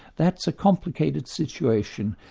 that's a complicated situation,